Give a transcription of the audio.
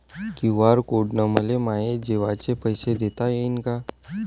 QR code न मले माये जेवाचे पैसे देता येईन का?